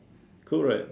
cool right